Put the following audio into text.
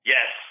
Yes